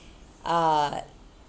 uh